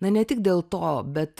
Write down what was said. na ne tik dėl to bet